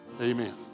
Amen